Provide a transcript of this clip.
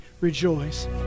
rejoice